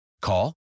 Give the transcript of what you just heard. Call